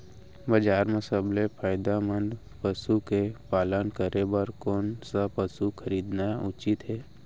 बजार म सबसे फायदामंद पसु के पालन करे बर कोन स पसु खरीदना उचित हे?